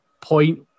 point